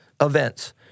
events